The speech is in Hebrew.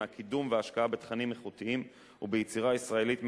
קידום והשקעה בתכנים איכותיים וביצירה ישראלית מקורית,